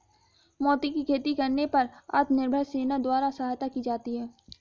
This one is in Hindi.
मोती की खेती करने पर आत्मनिर्भर सेना द्वारा सहायता की जाती है